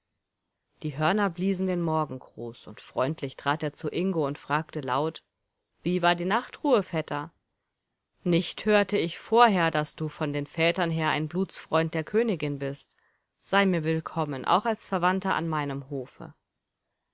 die hörner bliesen den morgengruß und freundlich trat er zu ingo und fragte laut wie war die nachtruhe vetter nicht hörte ich vorher daß du von den vätern her ein blutsfreund der königin bist sei mir willkommen auch als verwandter an meinem hofe